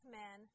men